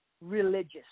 religious